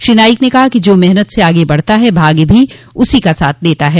श्री नाईक ने कहा कि जो मेहनत से आगे बढ़ता है भाग्य भी उसी का साथ देता है